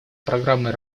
программой